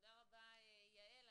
תודה רבה, יעל.